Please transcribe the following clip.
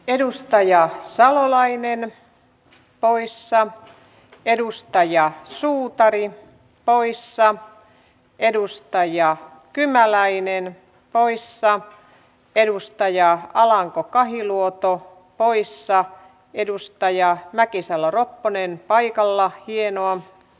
edustaja salolainen poissa edustaja suutari poissa edustaja kymäläinen poissa edustaja alanko kahiluoto poissa edustaja mäkisalo ropponen paikalla hienoa